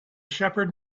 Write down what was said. shepherd